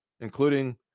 including